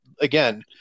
again